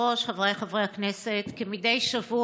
ראשונת הדוברים, חברת הכנסת אורלי פרומן.